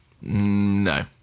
No